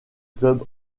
club